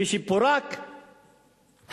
כשפורק,